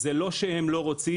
זה לא שהם לא רוצים,